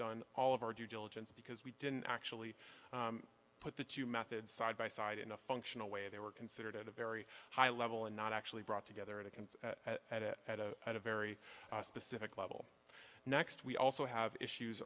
done all of our due diligence because we didn't actually put the two methods side by side in a functional way they were considered at a very high level and not actually brought together in a can at at a very specific level next we also have issues